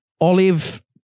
olive